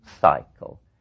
cycle